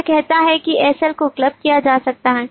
यह कहता है कि SL को क्लब किया जा सकता है